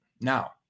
Now